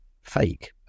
fake